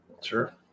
Sure